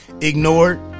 ignored